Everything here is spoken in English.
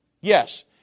Yes